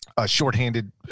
shorthanded